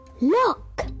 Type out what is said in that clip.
Look